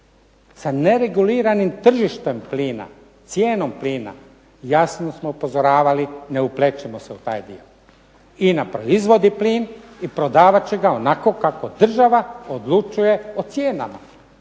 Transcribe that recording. Sa nereguliranim tržištem plina, cijenom plina jasno smo upozoravali ne uplećimo se u taj dio. INA proizvodi plin i podavat će ga onako kako država odlučuje o cijenama